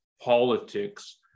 politics